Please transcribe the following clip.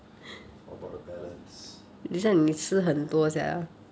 is all about the balance